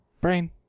brain